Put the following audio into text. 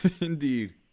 Indeed